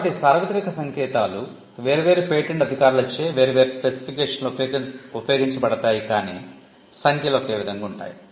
కాబట్టి సార్వత్రిక సంకేతాలు వేర్వేరు పేటెంట్ అధికారులచే వేర్వేరు స్పెసిఫికేషన్లలో ఉపయోగించబడతాయి కాని సంఖ్యలు ఒకే విధంగా ఉంటాయి